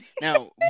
Now